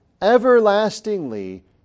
everlastingly